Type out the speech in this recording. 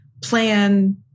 plan